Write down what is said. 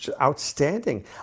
outstanding